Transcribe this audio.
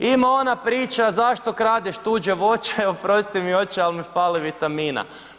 Ima ona priča zašto kradeš tuđe voće, oprosti mi oče, ali mi fali vitamina.